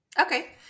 Okay